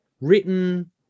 written